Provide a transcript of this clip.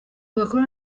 bakora